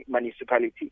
municipality